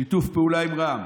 שיתוף פעולה עם רע"מ.